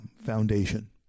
foundation